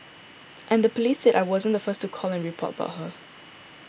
and the police said that I wasn't the first to call and report about her